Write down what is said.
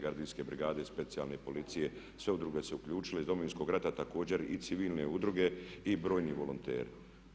Gardijske brigade, Specijalne policije, sve udruge su se uključile iz Domovinskog rata, također i civilne udruge i brojni volonteri.